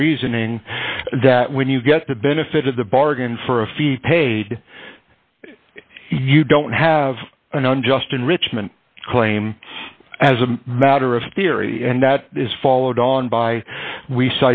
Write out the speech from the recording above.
of reasoning that when you get the benefit of the bargain for a fee paid you don't have an unjust enrichment claim as a matter of theory and that is followed on by we